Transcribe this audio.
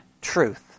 truth